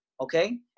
Okay